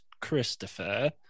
christopher